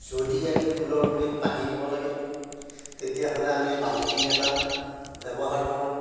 যদি আমি ফুলৰ গুৰিত পানী দিব লাগে তেতিয়াহ'লে আমি বাল্টিং এটা ব্যৱহাৰ কৰোঁ